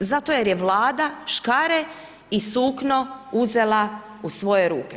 Zato jer je Vlade, škare i sukno uzela u svoje ruke.